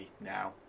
now